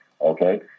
Okay